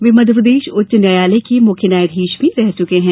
वे मध्यप्रदेश उच्च न्यायालय के मुख्य न्यायाधीश भी रह चुके है